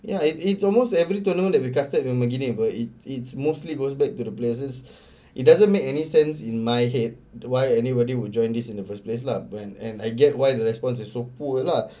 ya it it's almost every tournament that we casted will begini apa it's it's mostly goes back to the players it doesn't make any sense in my head why anybody would join this in the first place lah when and I get why the responses are so poor lah